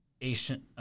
Asian